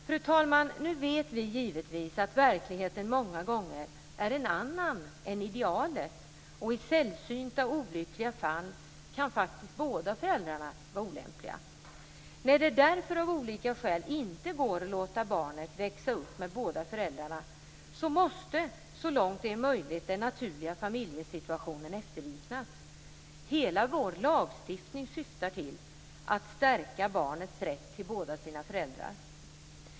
Fru talman! Givetvis vet vi att verkligheten många gånger är en annan än idealet. I sällsynta och olyckliga fall kan faktiskt båda föräldrarna vara olämpliga. När det därför av olika skäl inte går att låta barnet växa upp med båda föräldrarna måste så långt det är möjligt den naturliga familjesituationen efterliknas. Hela vår lagstiftning syftar till att stärka barnets rätt till båda föräldrarna.